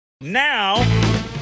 Now